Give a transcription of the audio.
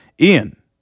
Ian